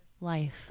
life